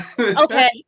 Okay